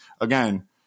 again